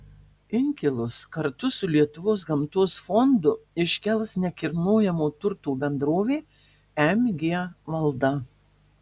inkilus kartu su lietuvos gamtos fondu iškels nekilnojamojo turto bendrovė mg valda